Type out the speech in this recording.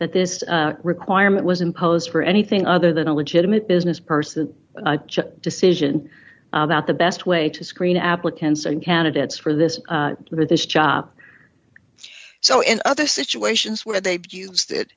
that this requirement was imposed for anything other than a legitimate business person decision about the best way to screen applicants and candidates for this or this job so in other situations where they've use